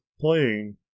playing